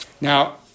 Now